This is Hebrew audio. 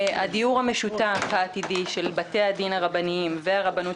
המשותף העתידי של בתי הדין הרבניים והרבנות